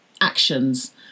actions